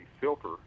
filter